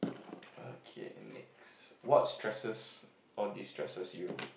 okay next what stresses or destresses you